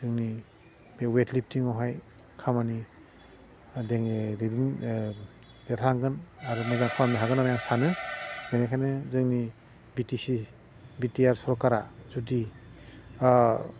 जोंनि बे वेट लिफटिङावहाय खामानि जोंनि दैदेन देरहागोन आरो मोजां खालामनो हागोन होन्नानै आं सानो बेनिखायनो जोंनि B T C B T R सरकारा जुदि